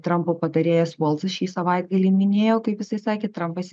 trampo patarėjas voltsas šį savaitgalį minėjo kaip jisai sakė trampas